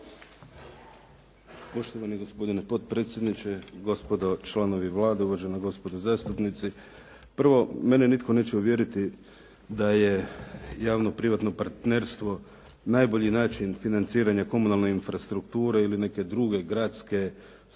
Poštovani gospodine potpredsjedniče, gospodo članovi Vlade, uvažena gospodo zastupnici. Prvo, mene nitko neće uvjeriti da je javno-privatno partnerstvo najbolji način financiranja komunalne infrastrukture ili neke druge gradske, sportske